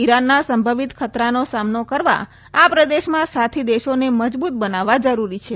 ઈરાનના સંભવિત ખતરાનો સામનો કરવા આ પ્રદેશમાં સાથી દેશોને મજબૂત બનાવવા જરૂરી છે